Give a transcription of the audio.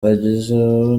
ugezeho